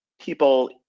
people